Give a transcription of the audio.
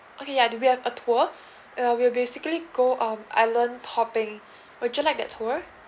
okay ya we have a tour uh we'll basically go on island hopping would you like that tour